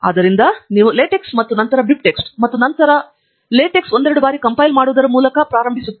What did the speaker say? ಆದ್ದರಿಂದ ನೀವು LaTeX ಮತ್ತು ನಂತರ BibTeX ಮತ್ತು ನಂತರ ಮತ್ತೆ LaTeX ಒಂದೆರಡು ಬಾರಿ ಕಂಪೈಲ್ ಮಾಡುವುದರ ಮೂಲಕ ಪ್ರಾರಂಭಿಸುತ್ತಾರೆ